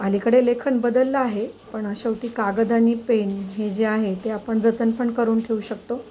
आलीकडे लेखन बदललं आहे पण शेवटी कागद आणि पेन हे जे आहे ते आपण जतन पण करून ठेवू शकतो